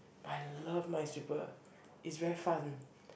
but I love Minesweeper is very fun